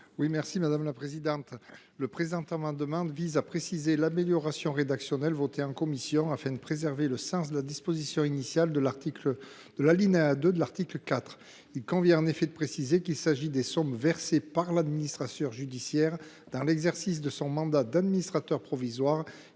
est à M. Bernard Buis. Cet amendement tend à compléter l’amélioration rédactionnelle votée en commission, afin de préserver le sens de la disposition initiale de l’alinéa 2 de l’article 4. Il convient en effet de préciser qu’il s’agit des sommes versées par l’administrateur judiciaire dans l’exercice de son mandat d’administrateur provisoire